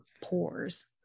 pores